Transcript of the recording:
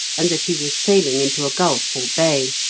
and that he was sailing into a gulf or bay.